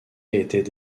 étaient